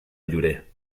llorer